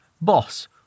Boss